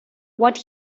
what